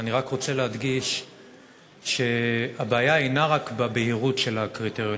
אני רק רוצה להדגיש שהבעיה אינה רק בבהירות של הקריטריונים.